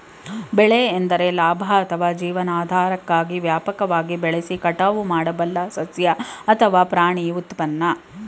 ಬೆಳೆ ಎಂದರೆ ಲಾಭ ಅಥವಾ ಜೀವನಾಧಾರಕ್ಕಾಗಿ ವ್ಯಾಪಕವಾಗಿ ಬೆಳೆಸಿ ಕಟಾವು ಮಾಡಬಲ್ಲ ಸಸ್ಯ ಅಥವಾ ಪ್ರಾಣಿ ಉತ್ಪನ್ನ